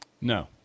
No